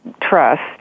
trust